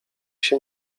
się